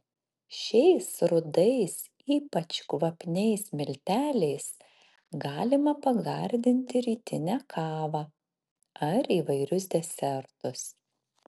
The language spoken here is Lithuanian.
šiais rudais ypač kvapniais milteliais galima pagardinti rytinę kavą ar įvairius desertus